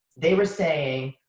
they were saying,